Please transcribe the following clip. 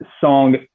song